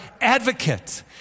advocate